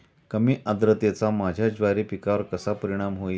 कमी आर्द्रतेचा माझ्या ज्वारी पिकावर कसा परिणाम होईल?